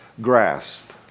grasp